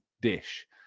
dish